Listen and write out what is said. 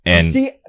See